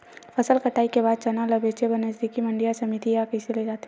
फसल कटाई के बाद चना ला बेचे बर नजदीकी मंडी या समिति मा कइसे ले जाथे?